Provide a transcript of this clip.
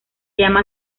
llama